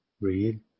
read